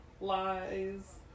lies